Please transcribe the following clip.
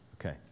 Okay